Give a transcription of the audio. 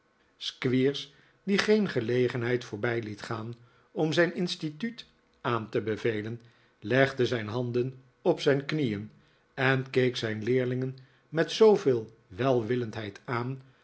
squeers die geen gelegenheid voorbij liet gaan om zijn instituut aan te bevelen legde zijn handen op zijn knieen en keek zijn leerlingen met zooveel welwillendheid aan